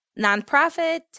nonprofit